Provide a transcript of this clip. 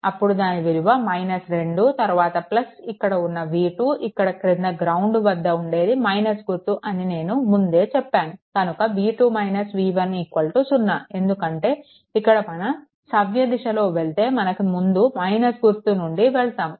అప్పుడు దాని విలువ 2 తరువాత ఇక్కడ V2 ఇక్కడ క్రింద గ్రౌండ్ వద్ద ఉండేది - గుర్తు అని నేను ముందే చెప్పాను కనుక V2 V1 0 ఎందుకంటే ఇక్కడ మన సవ్య దశలో వెళ్తే మనకు ముందు - గుర్తు నుండి వెళ్తాము